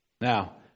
Now